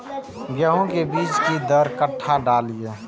गेंहू के बीज कि दर कट्ठा डालिए?